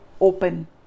open